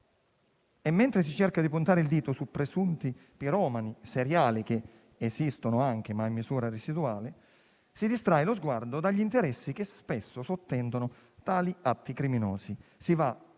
Mentre si cerca di puntare il dito su presunti piromani seriali, che esistono, anche se in misura residuale, si distrae lo sguardo dagli interessi che spesso sottendono tali atti criminosi.